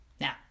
Now